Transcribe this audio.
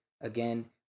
again